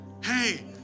Hey